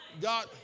God